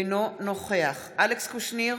אינו נוכח אלכס קושניר,